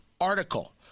article